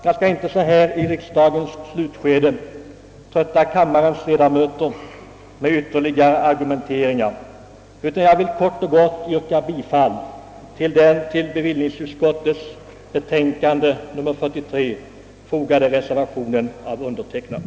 Jag skall inte så här i riksdagens slutskede trötta kammarens ledamöter med ytterligare argumenteringar, utan jag vill kort och gott yrka bifall till den till bevillningsutskottets betänkande nr 43 fogade reservationen som jag undertecknat.